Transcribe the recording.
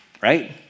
right